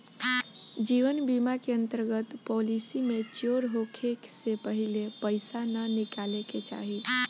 जीवन बीमा के अंतर्गत पॉलिसी मैच्योर होखे से पहिले पईसा ना निकाले के चाही